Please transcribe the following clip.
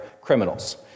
criminals